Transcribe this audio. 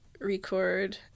record